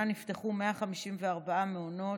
השנה נפתחו 154 מעונות.